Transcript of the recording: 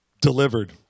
Delivered